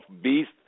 beast